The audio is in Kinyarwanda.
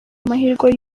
mahirwe